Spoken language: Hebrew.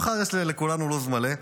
מחר יש לכולנו לו"ז מלא,